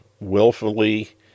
willfully